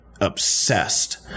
obsessed